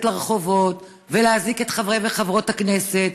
לרחובות ולהזעיק את חברי וחברות הכנסת.